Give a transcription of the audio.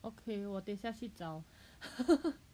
okay 我等一下去找